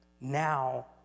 Now